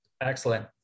Excellent